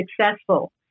successful